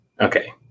Okay